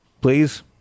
please